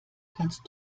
kannst